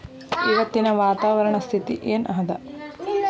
ಇವತ್ತಿನ ವಾತಾವರಣ ಸ್ಥಿತಿ ಏನ್ ಅದ?